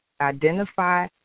Identify